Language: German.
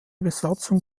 besatzung